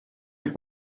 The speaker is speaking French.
est